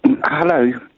Hello